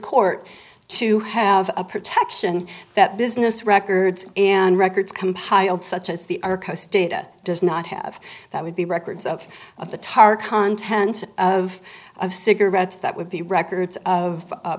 court to have a protection that business records and records compiled such as the archives data does not have that would be records of of the tar content of of cigarettes that would be records of